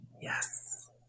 Yes